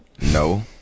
No